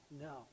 no